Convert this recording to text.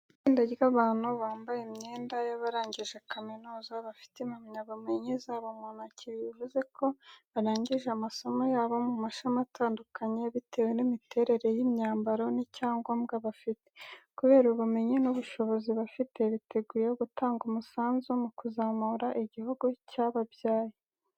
Itsinda ry’abantu bambaye imyenda y’abarangije kaminuza, bafite impamyabumenyi zabo mu ntoki. Ibi bivuze ko barangije amasomo yabo mu mashami atandukanye, bitewe n'imiterere y'imyambaro n’icyangombwa bafite. Kubera ubumenyi n'ubushobozi bafite, biteguye gutanga umusanzu mu kuzamura igihugu cyababyaye.